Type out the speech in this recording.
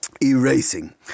erasing